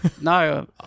No